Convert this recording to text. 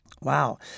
Wow